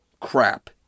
crap